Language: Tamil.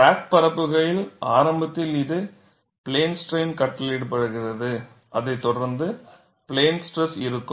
கிராக் பரப்புகையில் ஆரம்பத்தில் இது பிளேன் ஸ்ட்ரைன் கட்டளையிடப்படுகிறது அதைத் தொடர்ந்து பிளேன் ஸ்ட்ரெஸ் இருக்கும்